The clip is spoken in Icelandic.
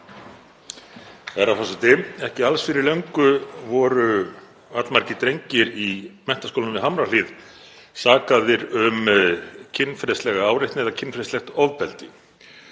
Herra forseti. Ekki alls fyrir löngu voru allmargir drengir í Menntaskólanum við Hamrahlíð sakaðir um kynferðislega áreitni eða kynferðislegt ofbeldi